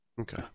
Okay